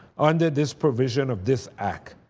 under this provision of this act,